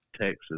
texas